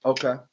Okay